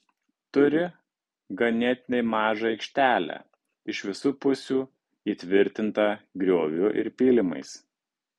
turi ganėtinai mažą aikštelę iš visų pusių įtvirtintą grioviu ir pylimais